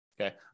okay